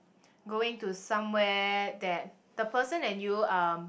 going to somewhere that the person and you um